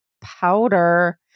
powder